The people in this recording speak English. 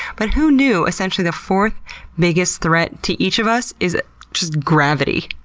but who knew? essentially the fourth biggest threat to each of us is just gravity,